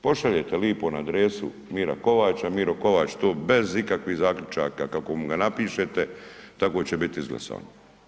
Pošaljete lipo na adresu Mira Kovača, Miro Kovač to bez ikakvih zaključaka, kako mu ga napišete tako će bit izglasano.